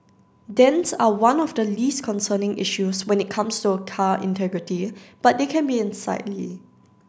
dents are one of the least concerning issues when it comes to car integrity but they can be unsightly